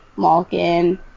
Malkin